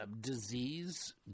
disease